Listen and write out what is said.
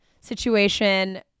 situation